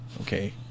Okay